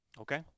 Okay